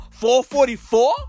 444